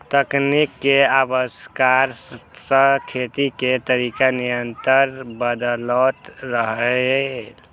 तकनीक के आविष्कार सं खेती के तरीका निरंतर बदलैत रहलैए